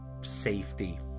safety